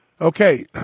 Okay